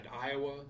Iowa